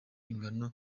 ingano